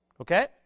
Okay